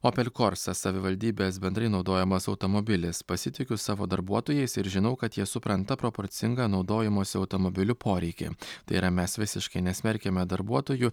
opel korsa savivaldybės bendrai naudojamas automobilis pasitikiu savo darbuotojais ir žinau kad jie supranta proporcingą naudojimosi automobiliu poreikį tai yra mes visiškai nesmerkiame darbuotojų